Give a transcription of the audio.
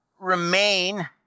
remain